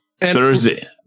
Thursday